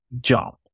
jump